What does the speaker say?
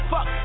Fuck